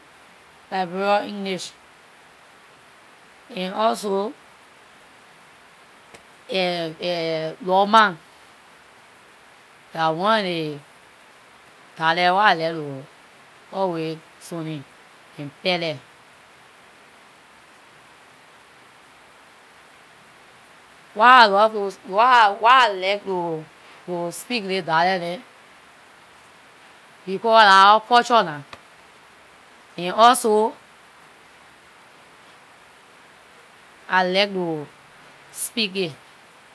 Liberia english, and also lorma, dah one of the dialects wat I like to always something; and kpelle. Why I love to- why i- why I like to- to speak this dialects dem, because that our culture nah, and also I like to speak it.